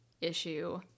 issue